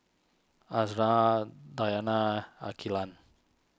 Azura Dayana Aqeelah